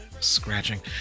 scratching